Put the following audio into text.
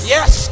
Yes